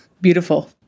beautiful